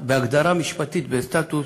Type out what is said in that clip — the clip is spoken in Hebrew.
בהגדרה משפטית, בסטטוס,